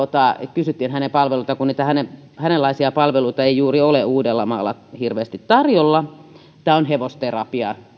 kysyttiin hänen palveluitaan kun näitä hänen tuottamiaan palveluita ei juuri ole uudellamaalla hirveästi tarjolla tämä on hevosterapiaa